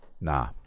Nah